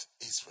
Israel